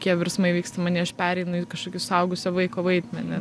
tie virsmai vyksta manyje aš pereinu į kažkokį suaugusio vaiko vaidmenį